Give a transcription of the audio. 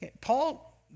Paul